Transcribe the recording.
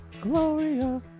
Gloria